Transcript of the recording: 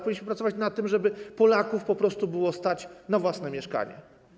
Powinniśmy pracować nad tym, żeby Polaków po prostu było stać na własne mieszkanie.